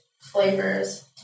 flavors